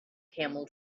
camel